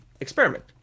experiment